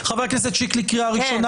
חבר הכנסת שלמה קרעי,